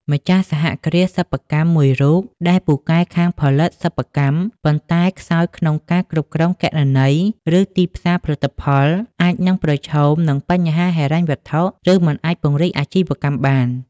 ម្ចាស់សហគ្រាសសិប្បកម្មមួយរូបដែលពូកែខាងផលិតសិប្បកម្ម ប៉ុន្តែខ្សោយក្នុងការគ្រប់គ្រងគណនី ឬទីផ្សារផលិតផល អាចនឹងប្រឈមនឹងបញ្ហាហិរញ្ញវត្ថុ ឬមិនអាចពង្រីកអាជីវកម្មបាន។